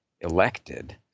elected